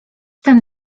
ten